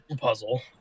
puzzle